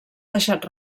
deixat